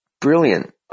Brilliant